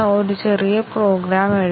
ഇപ്പോൾ Bയുടെ കാര്യമോ